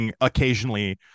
occasionally